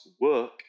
work